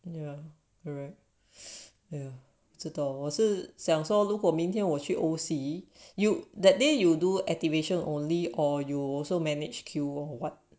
ya alright ya 知道我是想说如果明天我去 O_C you that day you do activation only or you also manage queue [what]